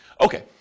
Okay